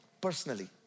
personally